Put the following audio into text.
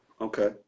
okay